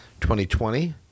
2020